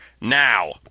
now